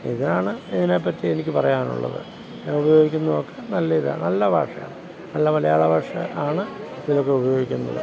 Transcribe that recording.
ഇതാണ് ഇതിനെ പറ്റി എനിക്ക് പറയാനുള്ളത് ഉപയോഗിക്കുന്നതൊക്കെ നല്ല ഇതാണ് നല്ല ഭാഷയാണ് നല്ല മലയാള ഭാഷ ആണ് ഇതിനൊക്കെ ഉപയോഗിക്കുന്നത്